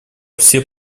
все